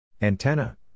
Antenna